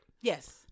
Yes